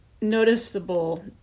noticeable